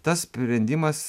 tas sprendimas